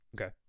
Okay